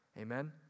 Amen